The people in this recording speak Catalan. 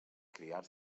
criar